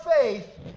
faith